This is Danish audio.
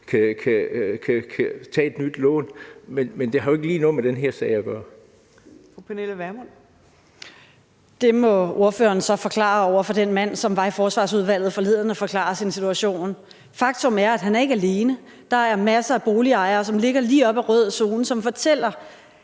Fru Pernille Vermund. Kl. 16:04 Pernille Vermund (NB): Det må ordføreren så forklare den mand, som var i Forsvarsudvalget forleden for at forklare sin situation. Faktum er, at han ikke er alene. Der er masser af boligejere, som ligger lige op ad rød zone, og de fortæller,